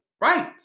right